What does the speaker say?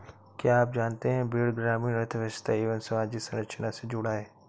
क्या आप जानते है भेड़ ग्रामीण अर्थव्यस्था एवं सामाजिक संरचना से जुड़ा है?